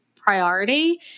priority